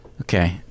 Okay